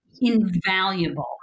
invaluable